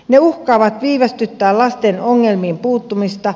ne uhkaavat viivästyttää lasten ongelmiin puuttumista